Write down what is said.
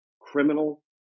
criminal